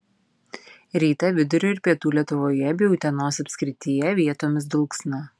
rytą vidurio ir pietų lietuvoje bei utenos apskrityje vietomis dulksna